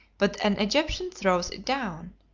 but an egyptian throws it down.